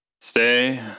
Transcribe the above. Stay